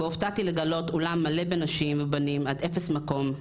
והופתעתי לגלות אולם מלא בנשים ובנים עד אפס מקום.